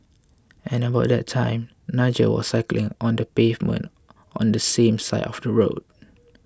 at about that time Nigel was cycling on the pavement on the same side of the road